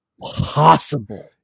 possible